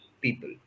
people